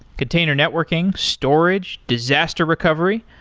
container networking, storage, disaster recovery,